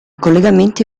collegamenti